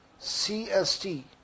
CST